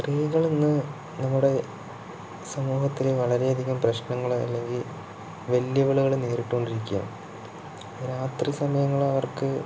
സ്ത്രീകള് ഇന്ന് നമ്മുടെ സമൂഹത്തില് വളരെയധികം പ്രശ്നങ്ങള് അല്ലെങ്കിൽ വെല്ലുവിളികള് നേരിട്ടുകൊണ്ടിരിക്കുകയാണ് രാത്രി സമയങ്ങളവർക്ക്